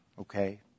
okay